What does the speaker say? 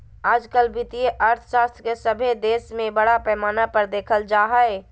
आजकल वित्तीय अर्थशास्त्र के सभे देश में बड़ा पैमाना पर देखल जा हइ